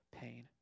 pain